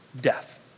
death